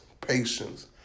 patience